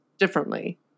differently